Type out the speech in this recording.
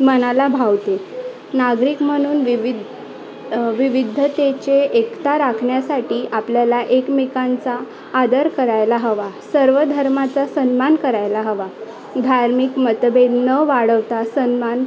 मनाला भावते नागरिक म्हणून विविध विविधतेचे एकता राखण्यासाठी आपल्याला एकमेकांचा आदर करायला हवा सर्व धर्माचा सन्मान करायला हवा धार्मिक मतभेद न वाढवता सन्मान